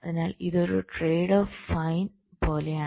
അതിനാൽ ഇത് ഒരു ട്രേഡ് ഓഫ് ഫൈൻ പോലെയാണ്